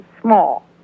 small